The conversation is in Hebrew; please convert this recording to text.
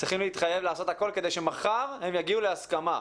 צריכים להתחייב לעשות הכול כדי שמחר הם יגיעו להסכמה.